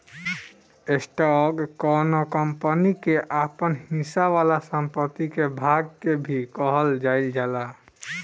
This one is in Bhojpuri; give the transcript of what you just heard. स्टॉक कौनो कंपनी के आपन हिस्सा वाला संपत्ति के भाग के भी कहल जाइल जाला